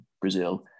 Brazil